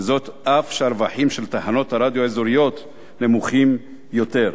וזאת אף שהרווחים של תחנות הרדיו האזוריות נמוכים יותר.